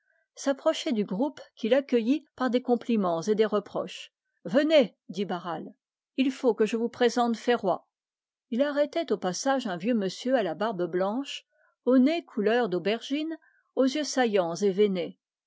s'approchait du groupe qui l'accueillait par des compliments et des reproches venez dit barral il faut que je vous présente ferroy il arrêtait au passage un vieux monsieur à la barbe blanche au nez couleur d'aubergine aux yeux saillants